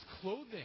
clothing